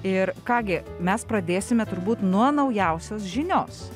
ir ką gi mes pradėsime turbūt nuo naujausios žinios